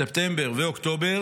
ספטמבר ואוקטובר,